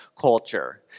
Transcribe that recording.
culture